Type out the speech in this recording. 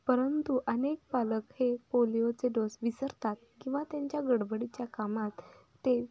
परंतु अनेक पालक हे पोलिओचे डोस विसरतात किंवा त्यांच्या गडबडीच्या कामात ते